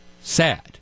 Sad